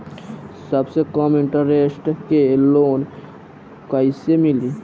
सबसे कम इन्टरेस्ट के लोन कइसे मिली?